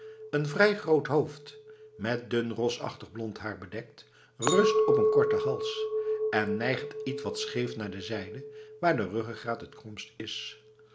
een vrij groot hoofd met dun rosachtig blond haar bedekt rust op een korten hals en nijgt ietwat scheef naar de zijde waar de ruggegraat het kromst is